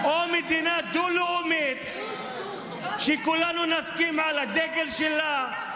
או מדינה דו-לאומית שכולנו נסכים על הדגל שלה,